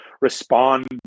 respond